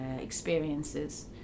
experiences